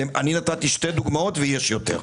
נתתי שתי דוגמאות ויש יותר.